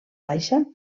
baixa